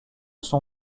son